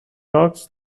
jocs